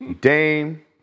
Dame